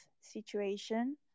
situation